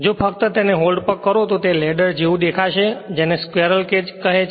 જો ફક્ત તેને હોલ્ડ કરો તો તે લેડર જેવુ દેખાશે જેને સ્ક્વેરલ કેજ કહે છે